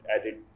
added